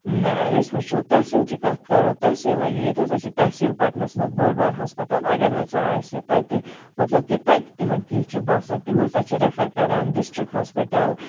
أسۍ وُچھو تحصیٖلچہِ کتھ کَرو تحصیلا ییٚتہِ ہَسا چھُ تحصیٖل پَٹنَس مَنٛز بوٚڈ بار ہَسپَتال اَگَر ہَسا اَسہِ تَتہِ مَطلَب کہِ تَتہِ تِمَن کیٚنٛہہ چھُ باسان تِم ہَسا چھِ ریٚفر کَران ڈِسٹرک ہاسپِٹَل